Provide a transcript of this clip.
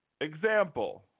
Example